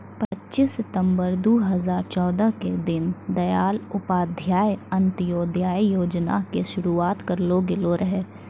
पच्चीस सितंबर दू हजार चौदह के दीन दयाल उपाध्याय अंत्योदय योजना के शुरुआत करलो गेलो रहै